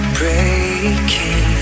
breaking